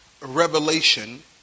revelation